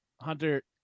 Hunter